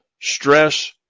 stress